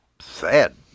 Sad